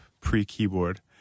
pre-keyboard